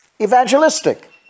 evangelistic